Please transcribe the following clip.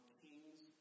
king's